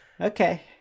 okay